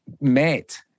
met